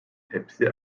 hepsi